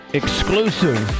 exclusive